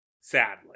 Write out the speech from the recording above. sadly